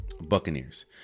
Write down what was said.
Buccaneers